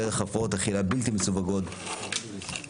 דרך הפרעות אכילה בלתי מסווגות ועד